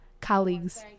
colleagues